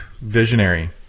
visionary